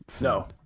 No